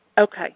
Okay